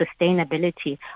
sustainability